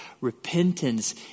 Repentance